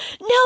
No